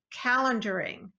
calendaring